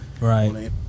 Right